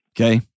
Okay